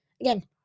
again